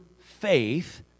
faith